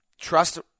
trust